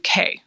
UK